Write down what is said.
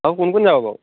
আৰু কোন কোন যাব বাৰু